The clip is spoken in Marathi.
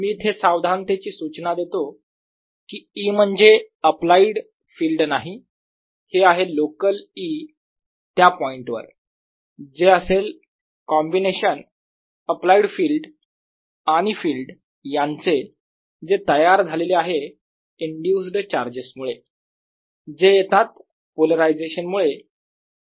मी इथे सावधानतेची सुचना देतो की E म्हणजे अप्लाइड फील्ड नाही हे आहे लोकल E त्या पॉईंटवर जे असेल कॉम्बिनेशन अप्लाइड फिल्ड आणि फिल्ड यांचे जे तयार झालेले आहे इंड्यूस्ड चार्जेस मुळे जे येतात पोलरायझेशन मुळे